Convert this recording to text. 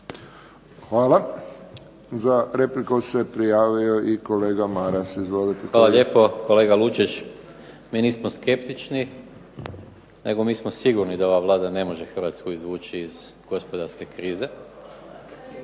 Hvala. Za repliku se prijavio i kolega Maras. Izvolite. **Maras, Gordan (SDP)** Hvala lijepo. Kolega Lucić, mi nismo skeptični nego mi smo sigurni da ova Vlada ne može Hrvatsku izvući iz gospodarske krize.